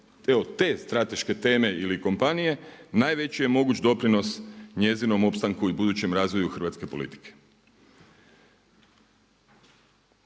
te strateške teme ili kompanije, najveći je mogući doprinos njezinom opstanku i budućem razvoju hrvatske politike.